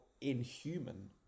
inhuman